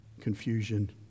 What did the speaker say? confusion